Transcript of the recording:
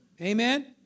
Amen